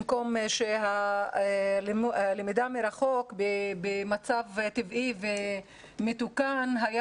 במקום שהלמידה מרחוק במצב טבעי ומתוקן היה